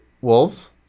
wolves